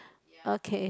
okay